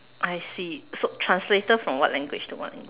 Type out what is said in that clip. I see so translator from what language to what language